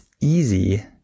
easy